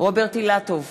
רוברט אילטוב,